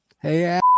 Hey